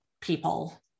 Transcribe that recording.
people